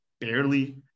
barely